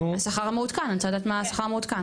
אני רוצה רגע לדעת השכר המעודכן אני רוצה לדעת מה השכר המעודכן?